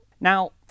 Now